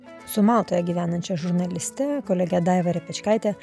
su maltoje gyvenančia žurnaliste kolege daiva repečkaite